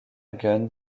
gunn